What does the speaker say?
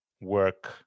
work